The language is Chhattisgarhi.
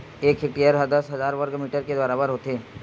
एक हेक्टेअर हा दस हजार वर्ग मीटर के बराबर होथे